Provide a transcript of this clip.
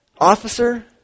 Officer